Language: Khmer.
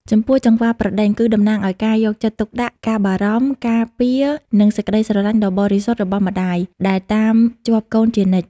ចំពោះ "ចង្វាប្រដេញ" គឺតំណាងឲ្យការយកចិត្តទុកដាក់ ការបារម្ភ ការពារ និងសេចក្ដីស្រឡាញ់ដ៏បរិសុទ្ធរបស់ម្ដាយ ដែលតាមជាប់កូនជានិច្ច។